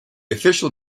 official